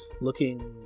looking